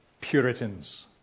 Puritans